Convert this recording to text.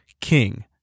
king